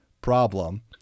problem